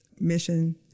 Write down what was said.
mission